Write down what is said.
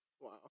Wow